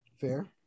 Fair